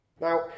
Now